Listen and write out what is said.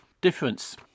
difference